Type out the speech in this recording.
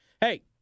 hey